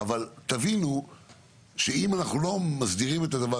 אבל אני רוצה שתבינו שאם אנחנו לא מסדירים את הדבר